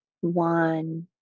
One